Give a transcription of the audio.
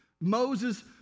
Moses